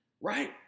right